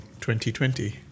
2020